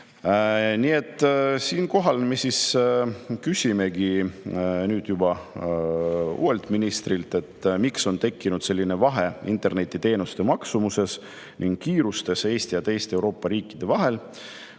Siinkohal me küsimegi nüüd juba uuelt ministrilt, miks on tekkinud selline vahe internetiteenuste maksumuses ning kiirustes Eesti ja teiste Euroopa riikide vahel.